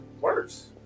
worse